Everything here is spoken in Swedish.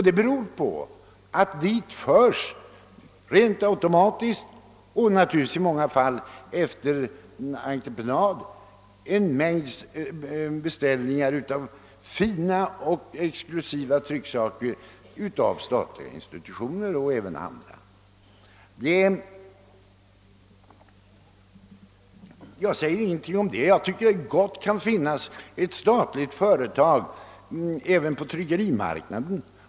Det beror på att dit förs automatiskt — na turligtvis i många fall också efter entreprenad — en mängd beställningar av fina och exklusiva trycksaker från statliga institutioner o. d. Jag säger ingenting om detta — jag tycker att det gott kan få finnas statliga företag även på tryckerimarknaden.